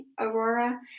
Aurora